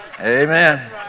Amen